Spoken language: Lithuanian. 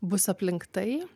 bus aplink tai